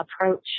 approach